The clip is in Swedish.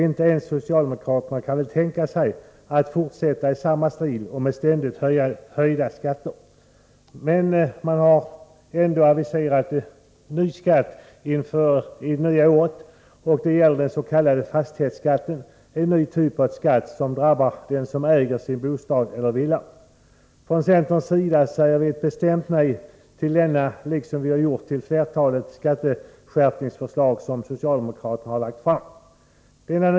Inte ens socialdemokraterna kan väl tänka sig att fortsätta i samma stil och ständigt höja skatterna. Men de har ändå aviserat en ny skatt inför detta år. Det är den s.k. fastighetsskatten, en ny typ av skatt som drabbar dem som äger sin bostad eller villa. Från centerns sida säger vi ett bestämt nej till denna skatt, liksom vi har gjort till flertalet skatteskärpningsförslag som socialdemokraterna har lagt fram.